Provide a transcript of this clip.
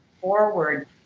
forward